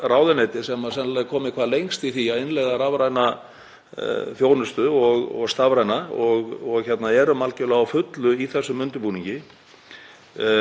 Það er hægt að gera allt algerlega sjálfvirkt í umsóknarferlinu — já, ég sagði ykkur áðan að 50% af öllum umsóknum verða rafræn á þessu ári og 100% á því næsta.